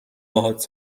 باهات